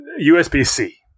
USB-C